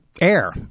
air